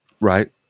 Right